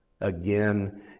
again